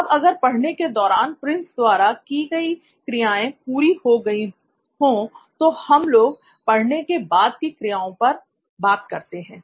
अब अगर पढ़ने के "दौरान" प्रिंस द्वारा की गई क्रियाएं पूरी हो गई हो तो हम लोग पढ़ने के "बाद" की क्रियाओं पर बात करते हैं